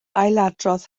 ailadrodd